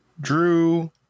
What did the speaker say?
Drew